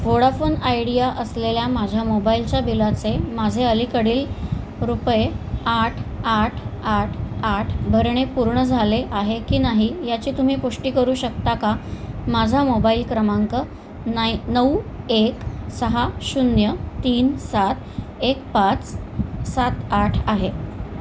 Vodafone Idea असलेल्या माझ्या मोबाईलच्या बिलाचे माझे अलीकडील रुपये आठ आठ आठ आठ भरणे पूर्ण झाले आहे की नाही याची तुम्ही पुष्टी करू शकता का माझा मोबाईल क्रमांक नाई नऊ एक सहा शून्य तीन सात एक पाच सात आठ आहे